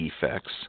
defects